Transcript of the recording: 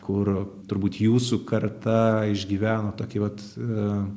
kur turbūt jūsų karta išgyveno tokį vat